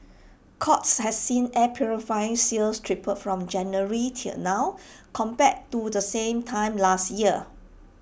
courts has seen air purifier sales triple from January till now compared to the same time last year